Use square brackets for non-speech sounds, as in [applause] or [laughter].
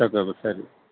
[unintelligible] ಸರಿ